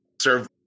serve